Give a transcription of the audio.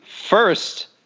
first